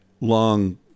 long